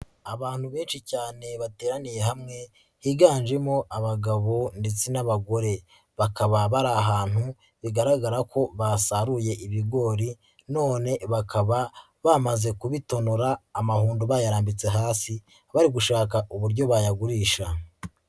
Abantu benshi cyane bateraniye hamwe higanjemo abagabo ndetse n'abagore bakaba bari ahantu bigaragara ko basaruye ibigori none bakaba bamaze kubitonora amahundo bayarambitse hasi bari gushaka uburyo bayagurisha.